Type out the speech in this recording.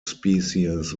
species